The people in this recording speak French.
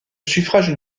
suffrage